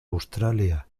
australia